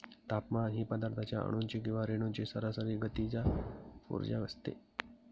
तापमान ही पदार्थाच्या अणूंची किंवा रेणूंची सरासरी गतीचा उर्जा असते